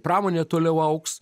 pramonė toliau augs